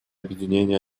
объединения